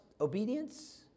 obedience